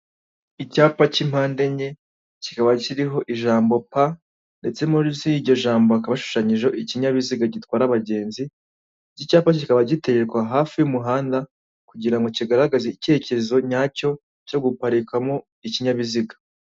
Icyapa cy'impande enye kikaba kiriho ijambo "p" ndetse munsi y'iryo jambo hakaba hashushanyijeho ikinyabiziga gitwara abagenzi. Icyapa kikaba gitekwa hafi y'umuhanda kugira ngo kigaragaze icyerekezo nyacyo, cyo guparikamo ikinyabiziga.